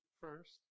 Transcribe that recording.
first